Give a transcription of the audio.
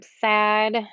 sad